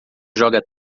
joga